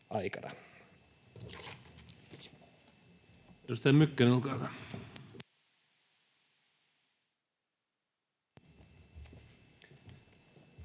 Kiitos